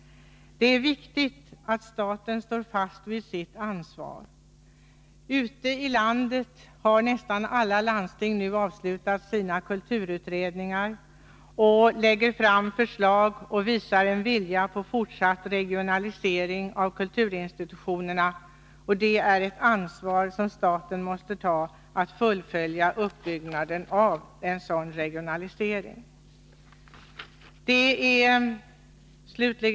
Det är viktigt att staten står fast vid sitt ansvar. Ute i landet har nästan alla landsting nu avslutat sina kulturutredningar och lägger fram förslag och visar en vilja till fortsatt regionalisering av kulturinstitutionerna. Att fullfölja uppbyggnaden av en sådan regionalisering är ett ansvar som staten måste ta.